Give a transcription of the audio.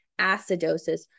acidosis